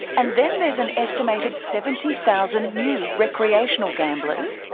and then there's an estimated seventy thousand new recreational gamblers,